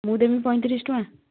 ମୁଁ ଦେମି ପଇଁତିରିଶି ଟଙ୍କା